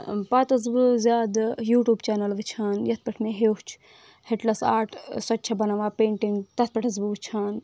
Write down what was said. پَتہٕ ٲسٕس بہٕ زیادٕ یوٗٹیوٗب چَنَل وٕچھان یَتھ پٮ۪ٹھ مےٚ ہیوٚچھ ہِٹلَس آٹ سۄ تہِ چھِ بَناوان پینٛٹِنٛگ تَتھ پٮ۪ٹھ ٲسٕس بہٕ وٕچھان